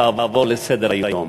תעבור לסדר-היום.